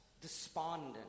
despondent